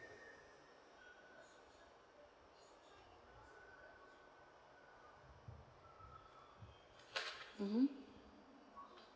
mmhmm